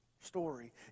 story